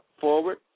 forward